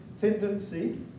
tendency